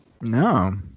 No